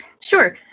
Sure